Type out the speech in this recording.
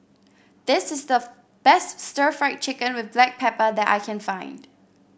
this is the best stir Fry Chicken with Black Pepper that I can find